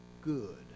good